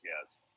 yes